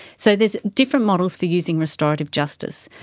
so there's different models for using restorative justice.